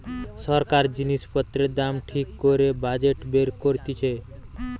সরকার জিনিস পত্রের দাম ঠিক করে বাজেট বের করতিছে